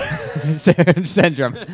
syndrome